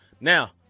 Now